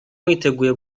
mwiteguye